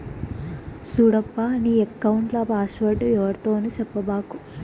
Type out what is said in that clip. సూడప్పా, నీ ఎక్కౌంట్ల పాస్వర్డ్ ఎవ్వరితోనూ సెప్పబాకు